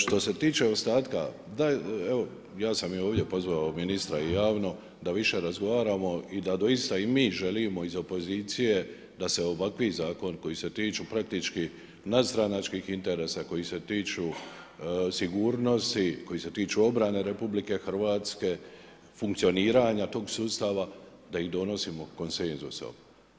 Što se tiče ostatka, ja sam i ovdje pozvao ministra javno da više razgovaramo i da doista i mi želimo iz opozicije da se ovakvi zakoni koji se tiču praktički nadstranačkih interesa, koji se tiču sigurnosti, koji se tiču obrane RH, funkcioniranja tog sustava da ih donosimo konsenzusom.